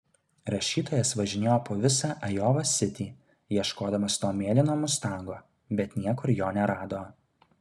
rašytojas važinėjo po visą ajova sitį ieškodamas to mėlyno mustango bet niekur jo nerado